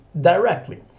directly